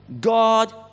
God